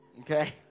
Okay